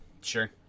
Sure